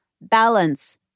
balance